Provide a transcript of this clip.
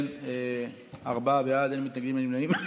ובכן, ארבעה בעד, אין מתנגדים ואין נמנעים.